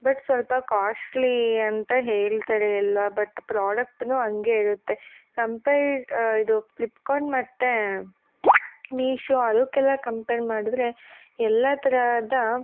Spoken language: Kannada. ಬಟ್ ಸ್ವಲ್ಪ ಕಾಶ್ಟ್ಲೀ ಅಂತ ಹೇಳ್ತಾರೆ ಎಲ್ಲ ಬಟ್ ಪ್ರಾಡಕ್ಟೂ ಹಂಗೇ ಇರುತ್ತೆ ಕಂಪೇರ್ ಇದು ಪ್ಲಿಪ್ಕಾನ್ ಮತ್ತು ಮೀಶೋ ಅದಕ್ಕೆಲ್ಲ ಕಂಪೇರ್ ಮಾಡಿದ್ರೆ ಎಲ್ಲ ತರಹದ